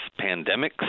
pandemics